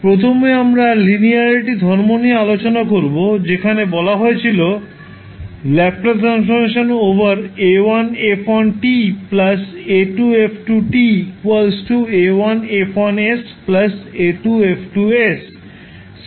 প্রথমে আমরা লিনিয়ারিটি ধর্ম নিয়ে আলোচনা করব যেখানে বলা হয়েছিল ℒ 𝑎1𝑓1 𝑡 𝑎2𝑓2 𝑡 𝑎1𝐹1 𝑠 𝑎2𝐹2 𝑠